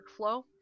workflow